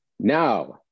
now